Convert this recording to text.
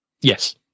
Yes